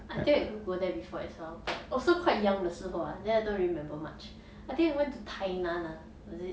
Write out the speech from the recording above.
I think I got go there before as well but also quite young 的时候 ah then I don't really remember much I think we went to 台南 ah was it